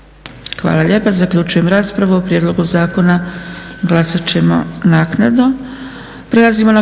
Hvala lijepa. Zaključujem raspravu. O prijedlogu zakona glasat ćemo naknadno.